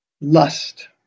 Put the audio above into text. lust